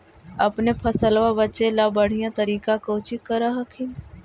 अपने फसलबा बचे ला बढ़िया तरीका कौची कर हखिन?